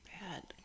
bad